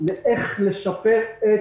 איך לשפר את